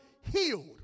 healed